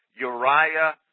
Uriah